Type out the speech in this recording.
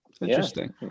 interesting